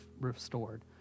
restored